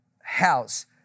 House